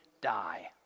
die